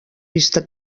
vista